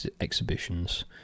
Exhibitions